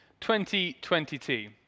2022